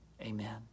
Amen